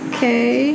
Okay